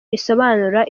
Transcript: risobanura